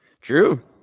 true